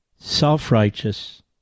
Self-righteous